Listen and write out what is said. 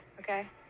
okay